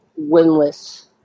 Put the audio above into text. winless